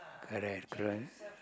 correct correct